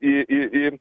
į į į